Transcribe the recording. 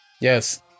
Yes